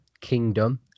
Kingdom